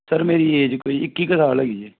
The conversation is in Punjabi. ਸਰ ਮੇਰੀ ਏਜ ਕੋਈ ਇੱਕੀ ਕੁ ਸਾਲ ਹੈਗੀ ਏ